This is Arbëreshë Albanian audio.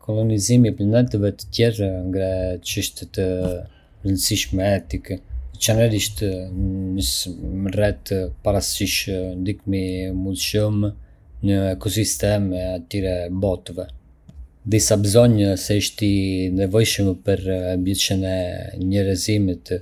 Kolonizimi i planeteve të tjerë ngre çështje të rëndësishme etike, veçanërisht nëse merret parasysh ndikimi i mundshëm në ekosistemin e atyre botëve. Disa besojnë se është i nevojshëm për mbijetesën e njerëzimit,